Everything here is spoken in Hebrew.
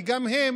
כי גם הם